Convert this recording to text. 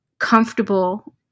comfortable